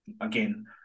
Again